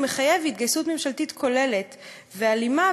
זה מחייב התגייסות ממשלתית כוללת והלימה